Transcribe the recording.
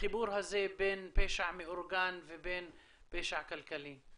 החיבור הזה בין פשע מאורגן ובין פשע כלכלי?